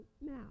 now